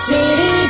City